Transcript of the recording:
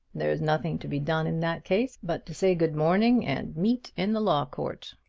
there's nothing to be done in that case but to say good morning and meet in the law court.